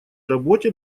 работе